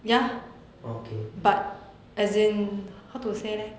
okay